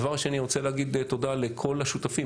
הדבר השני, אני רוצה להגיד תודה לכל השותפים.